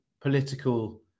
political